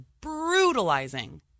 brutalizing